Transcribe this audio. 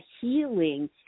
healing